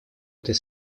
этой